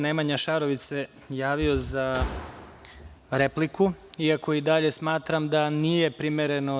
Nemanja Šarović se javio za repliku, iako i dalje smatram da nije primereno.